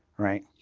right?